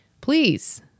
please